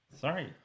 Sorry